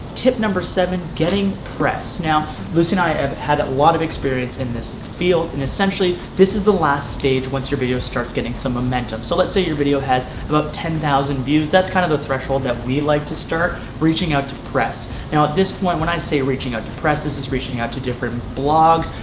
tip number seven, getting press. now lucy and i have had lot of experience in this field and essentially this is the last stage once your video starts getting some momentum. so let's say your video has about ten thousand views, that's kind of a threshold that we like to start reaching out to press. now at this point when i say reaching out to press this is reaching out to different blogs,